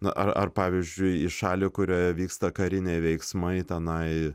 na ar ar pavyzdžiui į šalį kurioje vyksta kariniai veiksmai tenai